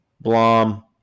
blom